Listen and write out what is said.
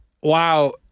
wow